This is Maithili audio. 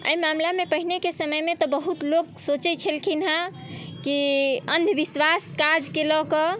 एहि मामिलामे पहिनेके समयमे तऽ बहुत लोक सोचै छलखिन हेँ कि अन्धविश्वास काजके लऽ कऽ